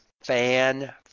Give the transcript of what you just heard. fan